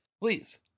please